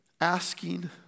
asking